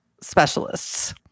specialists